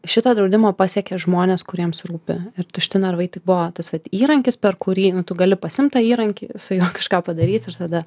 šitą draudimą pasiekė žmonės kuriems rūpi ir tušti narvai tik buvo tas įrankis per kurį nu tu gali pasiimt tą įrankį su juo kažką padaryt ir tada